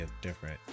different